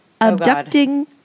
Abducting